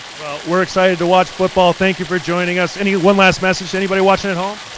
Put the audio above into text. well, we excited to watch football. thank you for joining us. any one last message to anybody watching at home?